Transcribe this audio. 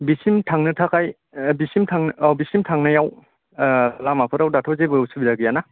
बिसिम थांनो थाखाय ओह बिसिम थांनो औ बिसिम थांनायाव ओह लामाफोराव दाथ' जेबो असुबिदा गैया ना